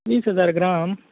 वीस हजार ग्राम